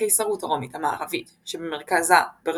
הקיסרות הרומית המערבית שמרכזה ברוונה,